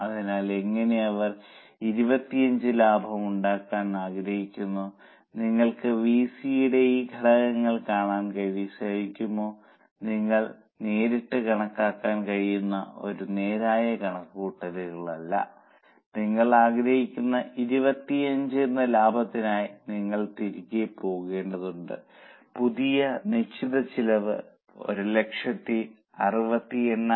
അതിനാൽ എങ്ങനെയും അവർ 25 ലാഭം ഉണ്ടാക്കാൻ ആഗ്രഹിക്കുന്നു നിങ്ങൾക്ക് വിസി യുടെ ഈ ഘടകങ്ങൾ കണക്കാക്കാൻ കഴിയുമോ ഇത് നിങ്ങൾക്ക് നേരിട്ട് കണക്കാക്കാൻ കഴിയുന്ന ഒരു നേരായ കണക്കുകൂട്ടലല്ല നിങ്ങൾ ആഗ്രഹിക്കുന്ന 25 എന്ന ലാഭത്തിനായി നിങ്ങൾ തിരികെ പോകേണ്ടതുണ്ട് പുതിയ നിശ്ചിത ചെലവ് 168500 ആണ്